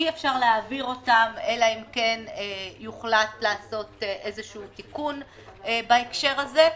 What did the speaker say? אי אפשר להעביר אותם אלא אם כן יוחלט לעשות איזשהו תיקון בהקשר הזה.